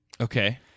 Okay